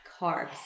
carbs